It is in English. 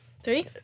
Three